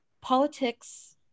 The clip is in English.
politics